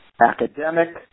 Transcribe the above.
academic